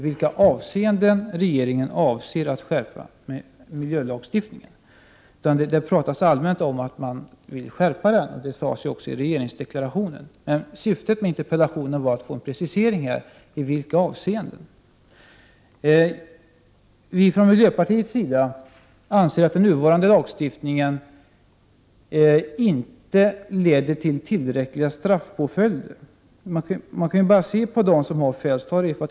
Hon säger allmänt att hon vill skärpa den. Det sades också i regeringsdeklarationen. Syftet med interpellationen var att få en precisering i vilka avseenden detta skall ske. Vi i miljöpartiet anser att den nuvarande lagstiftningen inte leder till tillräckliga straffpåföljder. Man kan se vilka straff som de som fällts har fått.